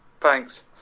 thanks